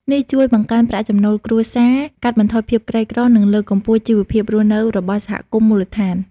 នេះជួយបង្កើនប្រាក់ចំណូលគ្រួសារ កាត់បន្ថយភាពក្រីក្រ និងលើកកម្ពស់ជីវភាពរស់នៅរបស់សហគមន៍មូលដ្ឋាន។